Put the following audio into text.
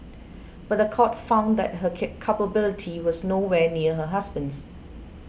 but the court found that her culpability was nowhere near her husband's